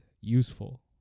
useful